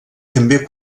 també